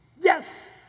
Yes